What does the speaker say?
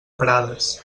prades